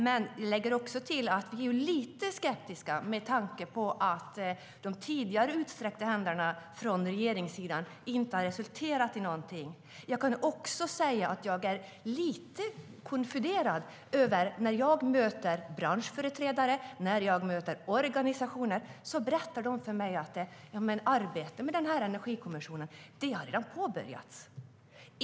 Men jag lägger till att vi är lite skeptiska med tanke på att de tidigare utsträckta händerna från regeringssidan inte har resulterat i någonting. Jag blir lite konfunderad när jag möter branschföreträdare eller företrädare för organisationer och de berättar för mig att arbetet med energikommissionen redan har påbörjats.